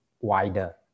wider